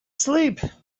sleep